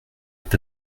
est